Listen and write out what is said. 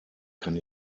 kann